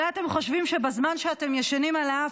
אולי אתם חושבים שבזמן שאתם ישנים על האף,